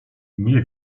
nie